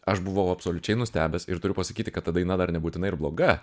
aš buvau absoliučiai nustebęs ir turiu pasakyti kad ta daina dar nebūtinai ir bloga